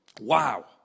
Wow